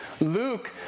Luke